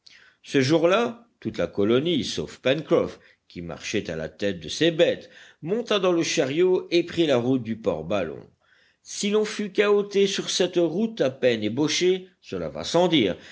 ce jour-là toute la colonie sauf pencroff qui marchait à la tête de ses bêtes monta dans le chariot et prit la route du port ballon si l'on fut cahoté sur cette route à peine ébauchée cela va sans dire